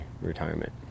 retirement